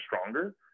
stronger